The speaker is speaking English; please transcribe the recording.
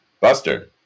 Buster